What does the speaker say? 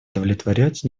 удовлетворять